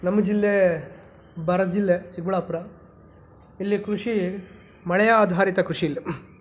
ನಮ್ಮ ಜಿಲ್ಲೆ ಬರ ಜಿಲ್ಲೆ ಚಿಕ್ಕಬಳ್ಳಾಪುರ ಇಲ್ಲಿ ಕೃಷಿ ಮಳೆಯಾಧಾರಿತ ಕೃಷಿ ಇಲ್ಲಿ